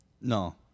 No